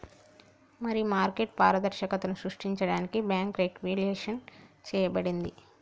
మరి మార్కెట్ పారదర్శకతను సృష్టించడానికి బాంకు రెగ్వులేషన్ చేయబడింది